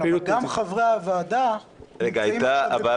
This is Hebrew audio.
אבל גם חברי הוועדה נמצאים עכשיו בבחירות.